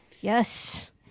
Yes